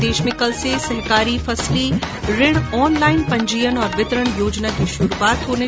प्रदेश में कल से सहकारी फसली ऋण ऑनलाईन पंजीयन एवं वितरण योजना की शुरूआत होगी